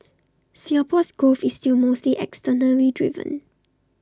Singapore's growth is still mostly externally driven